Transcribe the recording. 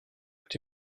but